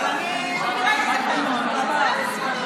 אבל אני מכירה את התקנון, ובהצעה לסדר-היום